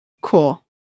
cool